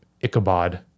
Ichabod